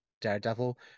Daredevil